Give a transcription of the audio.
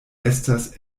estas